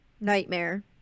Nightmare